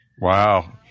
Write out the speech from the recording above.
Wow